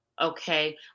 Okay